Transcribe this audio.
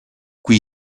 qui